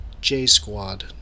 J-Squad